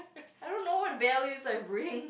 I don't know what values I bring